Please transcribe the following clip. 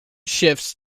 shifts